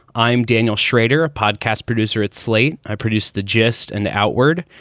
i'm daniel schrader, a podcast producer at slate. i produced the gist and outward.